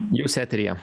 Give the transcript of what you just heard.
jūs eteryje